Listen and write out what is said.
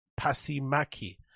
Passimaki